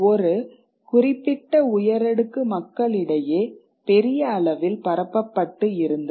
ஒரு குறிப்பிட்ட உயரடுக்கு மக்களிடையே பெரிய அளவில் பரப்பப்பட்டு இருந்தது